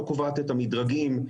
לא קובעת את המדרגים.